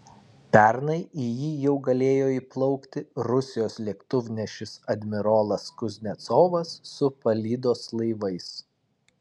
pernai į jį jau galėjo įplaukti rusijos lėktuvnešis admirolas kuznecovas su palydos laivais